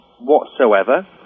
whatsoever